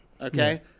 okay